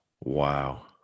Wow